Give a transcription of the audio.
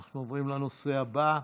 אנחנו עוברים לנושא הבא,